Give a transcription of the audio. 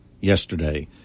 yesterday